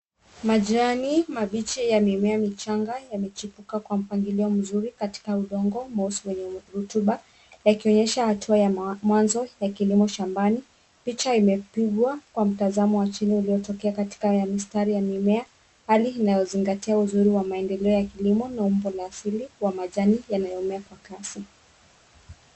Majani mabichi ya mimea michanga yamechipuka kwa mpangilio mzuri katika udongo mweusi wenye rutuba, yakionyesha hatua ya mwanzo ya kilimo shambani. Picha imepigwa kwa mtazamo wa chini uliotokea katikati ya mistari ya mimea, hali inayozingatia uzuri wa maendeleo ya kilimo na umbo asili wa majani yanayomea kwa kasi.